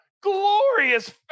glorious